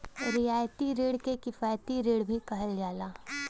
रियायती रिण के किफायती रिण भी कहल जाला